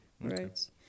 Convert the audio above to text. right